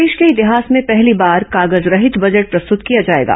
देश के इतिहास में पहली बार कागज रहित बजट प्रस्तुत किया जाएगा